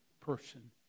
person